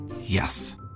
Yes